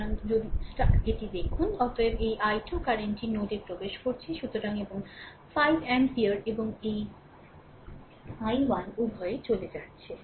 সুতরাং যদি এটি দেখুন অতএব এই i2 কারেন্টটি নোড এ প্রবেশ করছে সুতরাং এবং 5 এমপিয়ার এবং i1 উভয়ই চলে যাচ্ছে